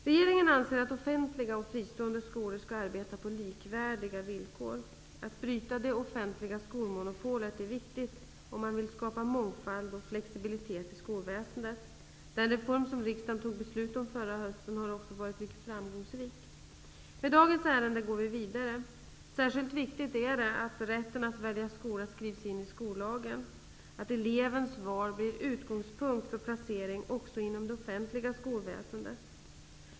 Regeringen anser att offentliga och fristående skolor skall arbeta på likvärdiga villkor. Att bryta det offentliga skolmonopolet är viktigt, om man vill skapa mångfald och flexibilitet i skolväsendet. Den reform som riksdagen fattade beslut om förra hösten har också varit mycket framgångsrik. Med dagens ärende går vi vidare. Särskilt viktigt är det att rätten att välja skola skrivs in i skollagen och att elevens val blir utgångspunkt för placering också inom det offentliga skolväsendet.